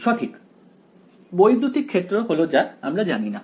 সঠিক বৈদ্যুতিক ক্ষেত্র হল যা আমরা জানি না